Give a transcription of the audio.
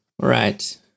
right